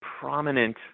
prominent